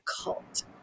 cult